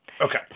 Okay